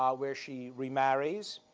ah where she remarries.